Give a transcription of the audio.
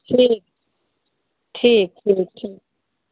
ठीक ठीक ठीक छै